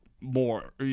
more